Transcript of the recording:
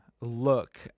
look